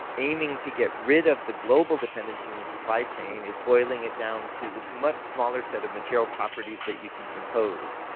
aiming to get rid of the global dependency in the supply chain, is boiling it down to this much smaller set of material properties that you can compose.